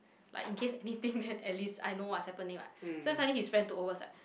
like in case anything then at least I know what's happening [what] so suddenly his friend took over I was like